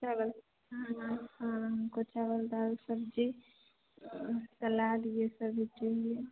चावल हाँ हाँ हाँ हमको चावल दाल सब्जी सलाद ये सभी चहिए